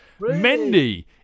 Mendy